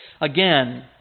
Again